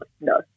No